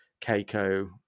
keiko